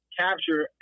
capture